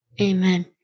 Amen